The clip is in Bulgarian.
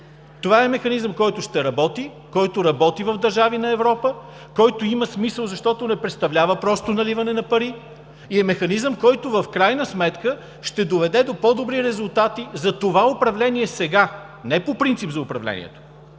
Това е механизъм, който ще работи, който работи в държави на Европа, който има смисъл, защото не представлява просто наливане на пари и е механизъм, който в крайна сметка ще доведе до по-добри резултати за това управление сега – не по принцип за управлението!